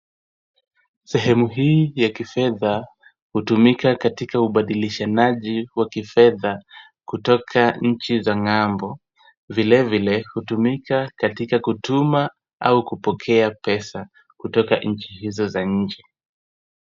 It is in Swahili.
Sehemu hii ya kifedha, hutumika katika ubadilishanaji wa kifedha, kutoka nchi za ng'ambo. Vilevile hutumika katika kutuma au kupokea pesa kutoka nchi hizo za nje.